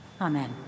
Amen